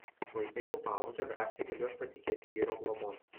vaikai jau paaugę drąsiai galiu juos patikėti vyro globon